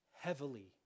heavily